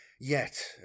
yet